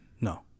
No